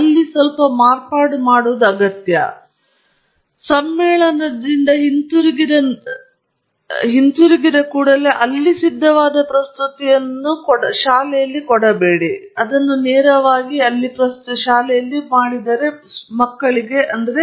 ಆದ್ದರಿಂದ ನೀವು ಸಮ್ಮೇಳನದಿಂದ ಹಿಂತಿರುಗಿರಬಹುದು ನೀವು ಸಮ್ಮೇಳನದಿಂದ ಸಿದ್ಧವಾದ ಪ್ರಸ್ತುತಿಯನ್ನು ಹೊಂದಿದ್ದೀರಿ ನಿಮ್ಮ ಶಾಲೆಗೆ ನೇರವಾಗಿ ಅದನ್ನು ತೋರಿಸಲಾಗುವುದಿಲ್ಲ